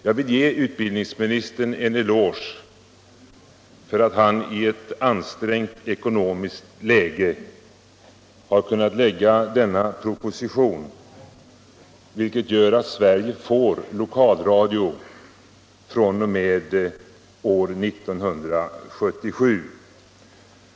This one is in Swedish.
Jag vill ge utbildningsministern en eloge för att han i ett ansträngt ekonomiskt läge har kunnat lägga fram denna proposition, så att Sverige får lokalradio fr.o.m. år 1977.